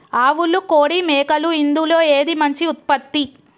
ఆవులు కోడి మేకలు ఇందులో ఏది మంచి ఉత్పత్తి?